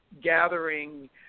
Gathering